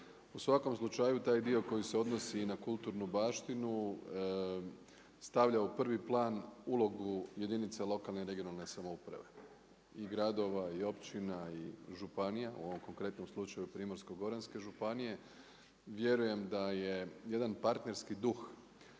U svakom slučaju taj dio koji se odnosi i na kulturnu baštinu stavlja u prvi plan ulogu jedinice lokalne i regionalne samouprave i gradova i općina i županija. U ovom konkretnom slučaju Primorsko-goranske županije. Vjerujem da je jedan partnerski duh